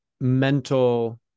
mental